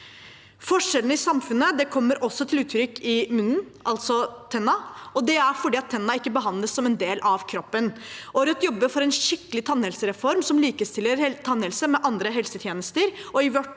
Forskjellene i samfunnet kommer også til uttrykk i munnen – altså tennene. Det er fordi tennene ikke be handles som en del av kroppen. Rødt jobber for en skikkelig tannhelsereform som likestiller tannhelse med andre helsetjenester.